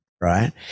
right